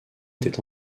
était